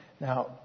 Now